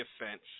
offense